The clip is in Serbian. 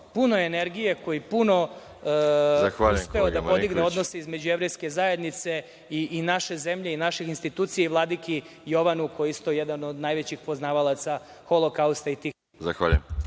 puno energije, koji je uspeo da podigne odnos jevrejske zajednice i naše zemlje i naših institucija i Vladiki Jovanu koji je isto jedan od najvećih poznavalaca Holokausta i tih